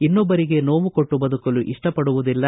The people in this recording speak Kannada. ಇನ್ನೊಬ್ಬರಿಗೆ ನೋವು ಕೊಟ್ಟು ಬದುಕಲು ಇಷ್ಟಪಡುವುದಿಲ್ಲ